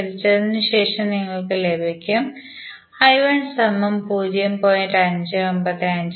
പരിഹരിച്ചതിന് ശേഷം നിങ്ങൾക്ക് ലഭിക്കും I1 0